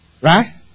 Right